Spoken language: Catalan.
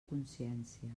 consciència